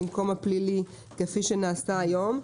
במקום במישור הפלילי כפי שנעשה היום.